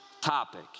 topic